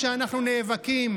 שאנחנו עכשיו בדרך אליה,